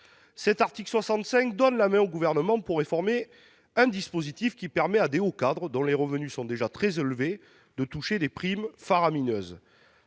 Cet article 65 vise à donner la main au Gouvernement pour réformer un dispositif permettant à de hauts cadres, dont les revenus sont déjà très élevés, de toucher des primes faramineuses.